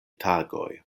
tagoj